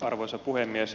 arvoisa puhemies